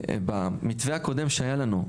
במתווה הקודם שהיה לנו,